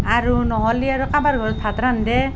আৰু নহ'লে আৰু কাৰোবাৰ ঘৰত ভাত ৰান্ধে